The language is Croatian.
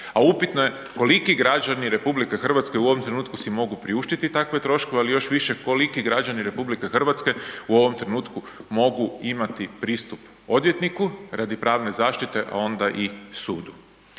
a upitno je koliko građani RH u ovom trenutku si mogu priuštiti takve troškove, ali još više koliki građani RH u ovom trenutku mogu imati pristup odvjetniku radi pravne zaštite, a onda i sud.